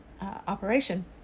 operation